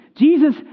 Jesus